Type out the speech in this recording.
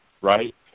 right